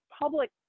public